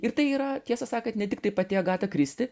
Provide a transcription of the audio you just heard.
ir tai yra tiesą sakant ne tiktai pati agata kristi